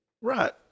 Right